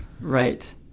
Right